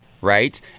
right